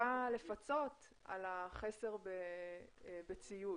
טיפה לפצות על החסר בציוד?